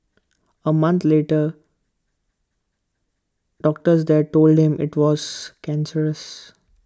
A month later doctors there told him IT was cancerous